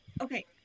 okay